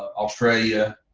australia,